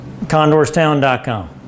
Condorstown.com